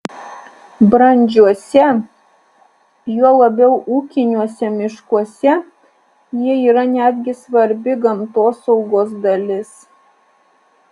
brandžiuose juo labiau ūkiniuose miškuose jie yra netgi svarbi gamtosaugos dalis